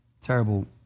terrible